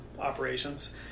operations